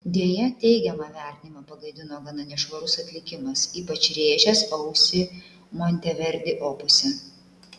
deja teigiamą vertinimą pagadino gana nešvarus atlikimas ypač rėžęs ausį monteverdi opuse